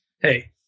hey